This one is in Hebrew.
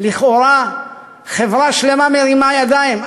לכאורה חברה שלמה מרימה ידיים,